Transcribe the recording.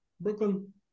Brooklyn